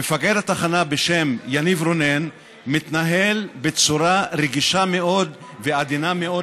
מפקד התחנה יניב רונן מתנהל בצורה רגישה מאוד ועדינה מאוד